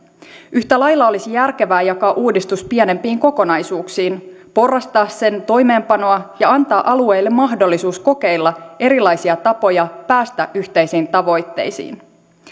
yhtä lailla olisi järkevää jakaa uudistus pienempiin kokonaisuuksiin porrastaa sen toimeenpanoa ja antaa alueille mahdollisuus kokeilla erilaisia tapoja päästä yhteisiin tavoitteisiin